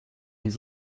his